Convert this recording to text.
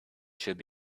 should